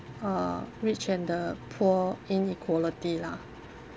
uh rich and the poor inequality lah